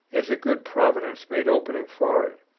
as a good providence made openings for it.